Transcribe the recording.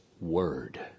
Word